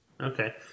Okay